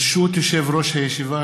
ברשות יושב-ראש הישיבה,